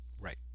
Right